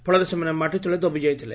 ଫଳରେ ସେମାନେ ମାଟି ତଳେ ଦବି ଯାଇଥିଲେ